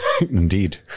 indeed